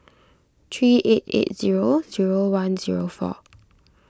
three eight eight zero zero one zero four